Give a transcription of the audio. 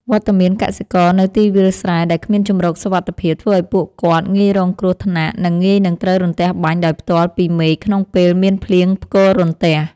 វត្តមានកសិករនៅទីវាលស្រែដែលគ្មានជម្រកសុវត្ថិភាព ធ្វើឱ្យពួកគាត់ងាយរងគ្រោះថ្នាក់ និង ងាយនឹងត្រូវរន្ទះបាញ់ដោយផ្ទាល់ពីមេឃក្នុងពេលមានភ្លៀងផ្គររន្ទះ។